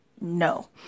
No